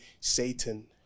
Satan